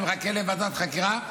אני מחכה לוועדת חקירה,